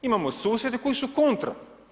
Imamo susjede koji su kontra.